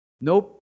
Nope